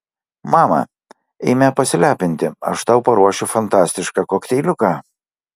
mama eime pasilepinti aš tau paruošiau fantastišką kokteiliuką